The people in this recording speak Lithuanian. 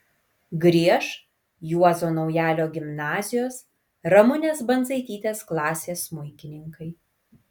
grieš juozo naujalio gimnazijos ramunės bandzaitytės klasės smuikininkai